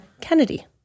Kennedy